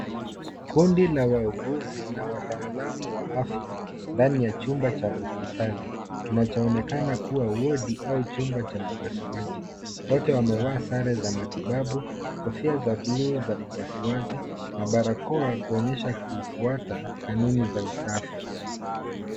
Kundi la wauguzi na wataalamu wa afya ndani ya chumba cha hospitali kinachoonekana kuwa wodi au chumba cha upasuaji. Wote wamevaa sare za matibabu kofia za bluu za upasuaji na barakoa kuonyesha kufuata kanuni za usafi.